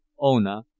Ona